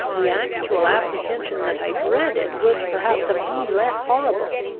the actual apprehension that i dreaded would perhaps have been less horrible.